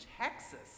Texas